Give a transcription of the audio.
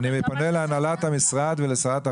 אני פונה להנהלת המשרד ולשרת התחבורה.